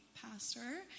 pastor